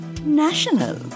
national